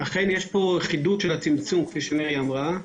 אכן יש פה חידוד של הצמצום כפי שמירי אמרה,